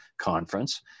conference